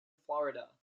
florida